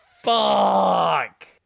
Fuck